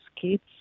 kids